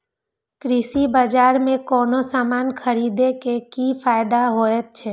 कृषि बाजार में कोनो सामान खरीदे के कि फायदा होयत छै?